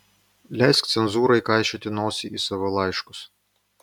leisk cenzūrai kaišioti nosį į savo laiškus